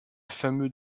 fameux